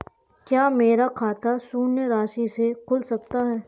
क्या मेरा खाता शून्य राशि से खुल सकता है?